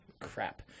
crap